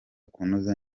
kunoza